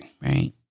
Right